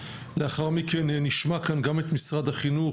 לאחר מכן נשמע כאן גם את משרד החינוך,